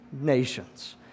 nations